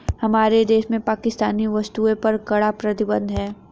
हमारे देश में पाकिस्तानी वस्तुएं पर कड़ा प्रतिबंध हैं